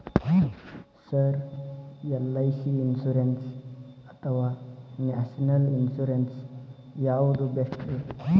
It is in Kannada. ಸರ್ ಎಲ್.ಐ.ಸಿ ಇನ್ಶೂರೆನ್ಸ್ ಅಥವಾ ನ್ಯಾಷನಲ್ ಇನ್ಶೂರೆನ್ಸ್ ಯಾವುದು ಬೆಸ್ಟ್ರಿ?